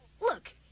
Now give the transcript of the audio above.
Look